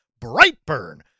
Brightburn